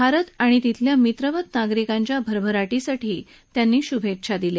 भारत आणि इथल्या मित्रवत नागरिकांच्या भरभराटीसाठी त्यांनी शुभेच्छा दिल्या